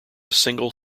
single